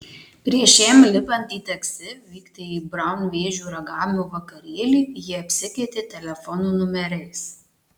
prieš jam lipant į taksi vykti į braun vėžių ragavimo vakarėlį jie apsikeitė telefonų numeriais